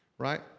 right